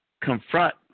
Confront